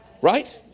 Right